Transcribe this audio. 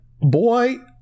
boy